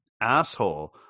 asshole